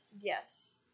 yes